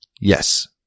Yes